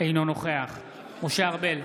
אינו נוכח משה ארבל,